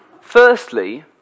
Firstly